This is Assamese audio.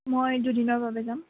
মই দুদিনৰ বাবে যাম